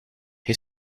hij